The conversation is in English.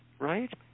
right